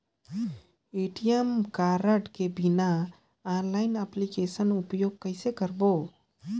ATM card के बिना online application उपयोग कइसे करो?